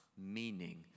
Meaning